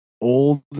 old